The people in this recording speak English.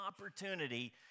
opportunity